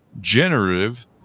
Generative